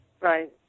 Right